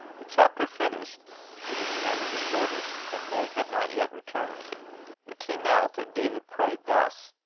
the chapter finished it is none of the shortest, and meg had not yet returned the two knelt, and david prayed thus